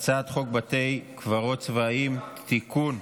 הצעת חוק בתי קברות צבאיים (תיקון,